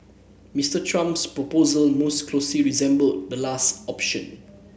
Mister Trump's proposal most closely resembled the last option